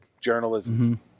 journalism